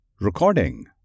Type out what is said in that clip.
Recording